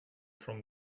from